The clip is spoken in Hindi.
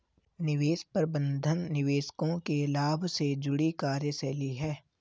निवेश प्रबंधन निवेशकों के लाभ से जुड़ी कार्यशैली है